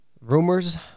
Rumors